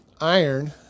iron